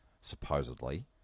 Supposedly